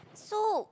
so